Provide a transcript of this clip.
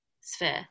sphere